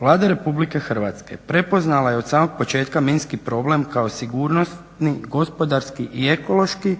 Vlada RH prepoznala je od samog početka minski problem kao sigurnosni gospodarski i ekološki